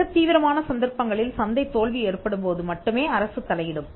மிகத் தீவிரமான சந்தர்ப்பங்களில் சந்தை தோல்வி ஏற்படும்போது மட்டுமே அரசு தலையிடும்